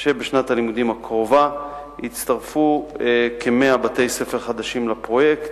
שבשנת הלימודים הקרובה יצטרפו כ-100 בתי-ספר חדשים לפרויקט.